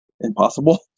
impossible